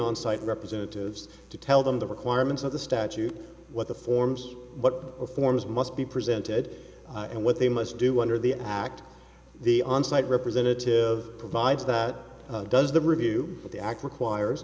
on site representatives to tell them the requirements of the statute what the forms what forms must be presented and what they must do under the act the on site representative provides that does the review of the act requires